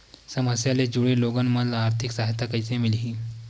समस्या ले जुड़े लोगन मन ल आर्थिक सहायता कइसे मिलही?